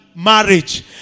Marriage